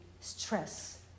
stress